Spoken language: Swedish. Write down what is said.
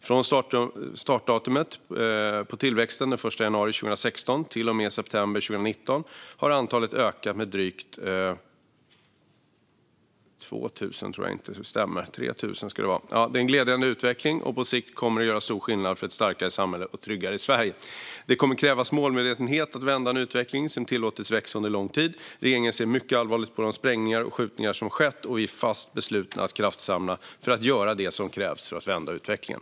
Från startdatumet på tillväxten den 1 januari 2016 till och med september 2019 har antalet ökat med drygt 3 000. Det är en glädjande utveckling som på sikt kommer att göra stor skillnad för ett starkare samhälle och ett tryggare Sverige. Det kommer att krävas målmedvetenhet att vända en utveckling som tillåtits växa under lång tid. Regeringen ser mycket allvarligt på de sprängningar och skjutningar som skett, och vi är fast beslutna att kraftsamla för att göra det som krävs för att vända utvecklingen.